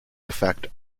effect